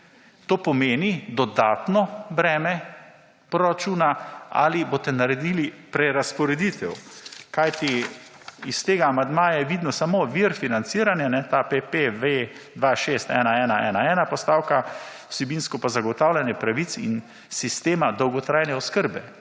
to pomeni dodatno breme proračuna ali boste naredili prerazporeditev? Kajti, iz tega amandmaja je vidno samo vir financiranja ta PPV 26111 postavka vsebinsko pa zagotavljanje pravic in sistema dolgotrajne oskrbe.